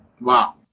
wow